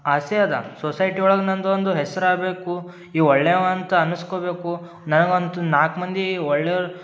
ಆಸೆ ಅದು ಸೊಸೈಟಿ ಒಳಗೆ ನಂದು ಒಂದು ಹೆಸರಾಗಬೇಕು ಈ ಒಳ್ಳೆಯವ ಅಂತ ಅನಸ್ಕೊಬೇಕು ನನಗೊಂದು ನಾಲ್ಕು ಮಂದಿ ಒಳ್ಳೆಯವ್ರು